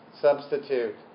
substitute